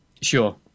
sure